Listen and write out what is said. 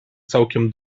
całkiem